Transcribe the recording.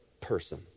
person